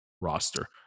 roster